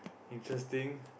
interesting